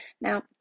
Now